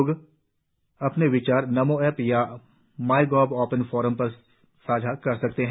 लोग अपने विचार नमो एप या माईगोव ओपन फोरम पर साझा कर सकते हैं